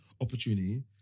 opportunity